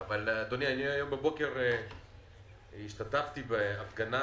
אני אחזור למנכ"ל